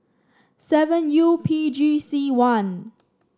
seven U P G C one